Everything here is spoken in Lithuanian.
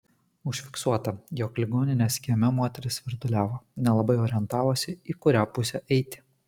užfiksuota jog ligoninės kieme moteris svirduliavo nelabai orientavosi į kurią pusę eiti